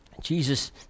Jesus